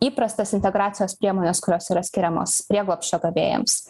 įprastas integracijos priemones kurios yra skiriamos prieglobsčio gavėjams